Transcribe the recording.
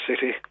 city